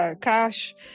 cash